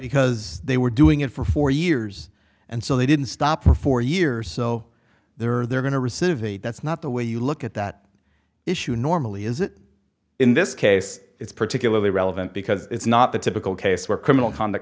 because they were doing it for four years and so they didn't stop for four years so they're they're going to receive the that's not the way you look at that issue normally is that in this case it's particularly relevant because it's not the typical case where criminal conduct